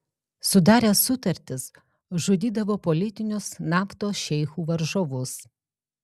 sudaręs sutartis žudydavo politinius naftos šeichų varžovus